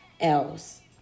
else